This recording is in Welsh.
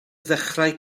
ddechrau